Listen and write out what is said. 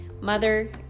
mother